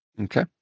Okay